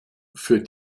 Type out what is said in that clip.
für